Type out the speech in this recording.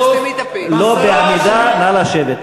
"חוצפן" ו"גזען" זה לא בדיוק מחמאות.